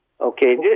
Okay